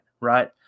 right